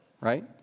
right